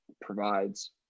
provides